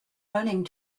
running